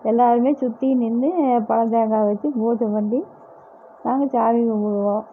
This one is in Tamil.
எல்லாேருமே சுற்றி நின்று பழ தேங்காய் வச்சு பூஜை பண்ணி நாங்கள் சாமி கும்பிடுவோம்